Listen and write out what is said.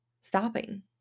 stopping